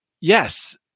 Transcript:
yes